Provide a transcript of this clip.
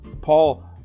Paul